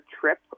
trip